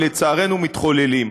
ולצערנו מתחוללים.